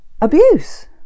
abuse